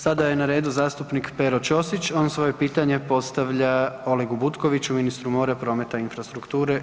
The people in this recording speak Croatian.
Sada je na redu zastupnik Pero Ćosić, on svoje pitanje postavlja Olegu Butkoviću ministru mora, prometa i infrastrukture.